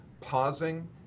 pausing